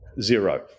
zero